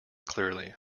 clearly